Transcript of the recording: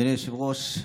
אדוני היושב-ראש,